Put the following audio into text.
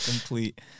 complete